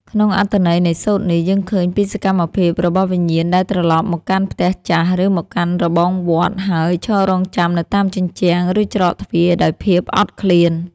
ក្នុងអត្ថន័យនៃសូត្រនេះ យើងឃើញពីសកម្មភាពរបស់វិញ្ញាណដែលត្រឡប់មកកាន់ផ្ទះចាស់ ឬមកកាន់របងវត្ត ហើយឈររង់ចាំនៅតាមជញ្ជាំង ឬច្រកទ្វារដោយភាពអត់ឃ្លាន។